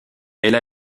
elle